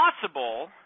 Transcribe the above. possible